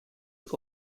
werd